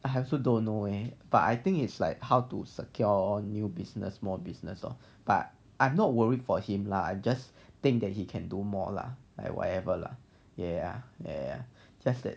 I also don't know eh but I think it's like how to secure new business small business lor but I'm not worried for him lah I just think that he can do more lah whatever lah ya ya just that